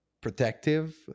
protective